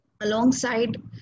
Alongside